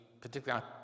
particularly